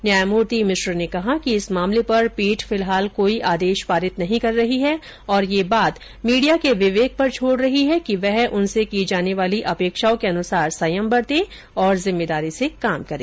न्यायमूर्ति मिश्र ने कहा कि इस मामले पर पीठ फिलहाल कोई आदेश पारित नहीं कर रही है और यह बात मीडिया के विवेक पर छोड़ रही है कि वह उनसे की जाने वाली अपेक्षाओं के अनुसार संयम बरते और जिम्मेदारी से कार्य करे